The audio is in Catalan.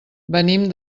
venim